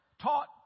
taught